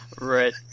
Right